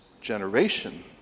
generation